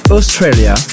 Australia